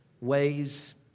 ways